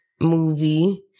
movie